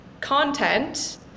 content